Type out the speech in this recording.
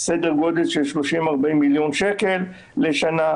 סדר גודל של 40-30 מיליון שקל לשנה,